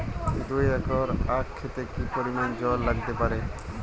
দুই একর আক ক্ষেতে কি পরিমান জল লাগতে পারে?